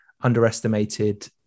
underestimated